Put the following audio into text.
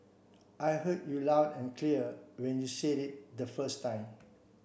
I heard you loud and clear when you said it the first time